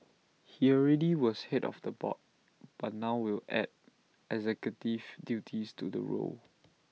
he already was Head of the board but now will add executive duties to the role